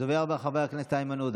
הדובר הבא, חבר הכנסת איימן עודה,